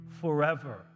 forever